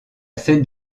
sept